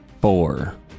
four